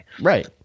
Right